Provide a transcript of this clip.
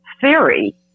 theory